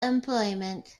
employment